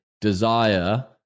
desire